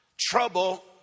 trouble